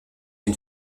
une